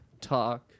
talk